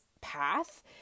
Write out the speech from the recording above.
path